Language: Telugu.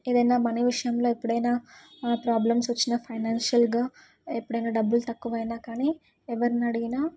ఏదన్నా మనీ విషయంలో ఎప్పుడైనా ప్రాబ్లమ్స్ వచ్చిన ఫైనాన్షియల్గా ఎప్పుడైనా డబ్బులు తక్కువైనా కానీ ఎవరిని అడిగినా